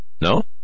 No